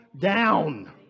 down